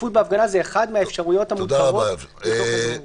השתתפות בהפגנה זו אחת האפשרויות המותרות בתוך האזור המוגבל.